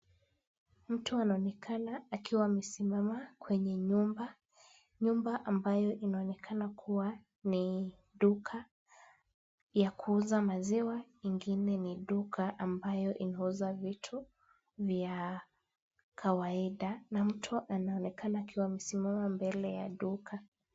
Mtu anaonekana akiwa amesimama kwenye nyumba, nyumba ambayo inaonekana kuwa ni duka ya kuuza maziwa, ingine ni duka ambayo inauza vitu vya kawaida na mtu anaonekana akiwa amesimama mbele ya duka.